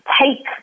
take